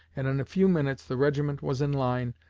and in a few minutes the regiment was in line,